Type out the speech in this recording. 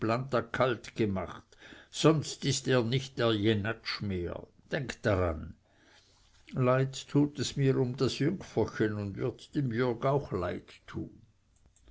planta kaltgemacht sonst ist er nicht der jenatsch mehr denkt daran leid tut es mir um das jüngferchen und wird dem jürg auch leid tun